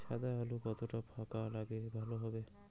সাদা আলু কতটা ফাকা লাগলে ভালো হবে?